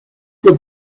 good